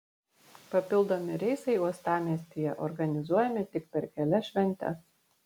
papildomi reisai uostamiestyje organizuojami tik per kelias šventes